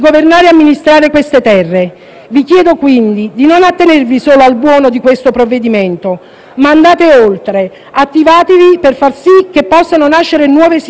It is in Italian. vi chiedo quindi di non attenervi solo al buono di questo provvedimento, ma andate oltre. Attivatevi per far sì che possono nascere nuove sinergie e forme di collaborazione,